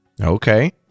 Okay